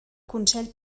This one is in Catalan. consell